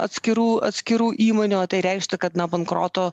atskirų atskirų įmonių o tai reikštų kad na bankroto